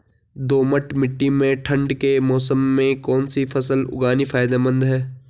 दोमट्ट मिट्टी में ठंड के मौसम में कौन सी फसल उगानी फायदेमंद है?